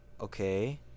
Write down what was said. okay